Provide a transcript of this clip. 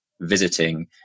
visiting